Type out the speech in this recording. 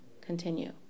continue